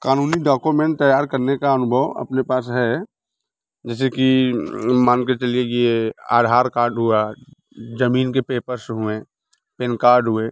क़ानूनी डाॅकोमेंट तैयार करने का अनुभव अपने पास है जैसे कि मान के चलिए कि ये आधार कार्ड हुआ ज़मीन के पेपर्स हुए पेन कार्ड हुए